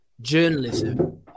journalism